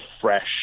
fresh